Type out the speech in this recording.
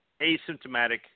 asymptomatic